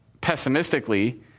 pessimistically